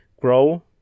grow